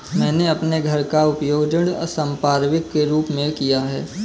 मैंने अपने घर का उपयोग ऋण संपार्श्विक के रूप में किया है